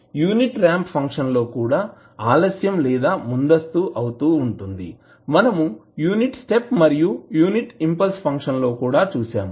unit ramp function లో కూడా ఆలస్యం లేదా ముందస్తు అవుతూ ఉంటుంది మనము యూనిట్ స్టెప్ మరియు యూనిట్ ఇంపల్స్ ఫంక్షన్ లో కూడా చూసాము